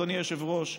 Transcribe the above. אדוני היושב-ראש,